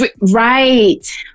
Right